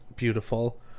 beautiful